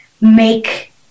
make